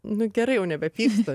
nu gerai jau nebepykstu